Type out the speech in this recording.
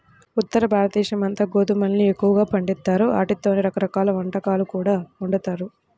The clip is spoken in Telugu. ఉత్తరభారతదేశమంతా గోధుమల్ని ఎక్కువగా పండిత్తారు, ఆటితోనే రకరకాల వంటకాలు కూడా వండుతారు